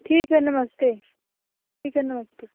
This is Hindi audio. ठीक है नमस्ते ठीक है नमस्ते